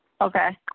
Okay